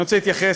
אני רוצה להתייחס